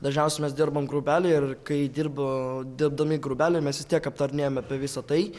dažniausiai mes dirbam grupelėj ir kai dirbu dirbdami grupelėmis mes vis tiek aptarinėjame apie visa tai